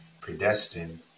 predestined